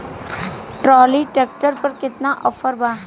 Trolley tractor पर केतना offer बा?